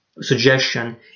suggestion